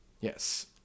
yes